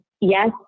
yes